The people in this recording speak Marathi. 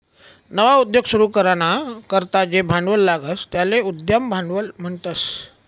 नवा उद्योग सुरू कराना करता जे भांडवल लागस त्याले उद्यम भांडवल म्हणतस